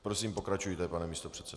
Prosím, pokračujte, pane místopředsedo.